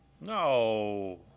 no